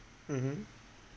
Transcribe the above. mmhmm